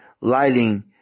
lighting